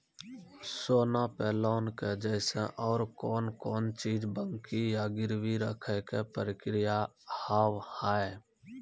सोना पे लोन के जैसे और कौन कौन चीज बंकी या गिरवी रखे के प्रक्रिया हाव हाय?